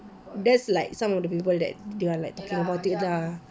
that's like some of the people that they are like talking about it lah